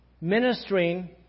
ministering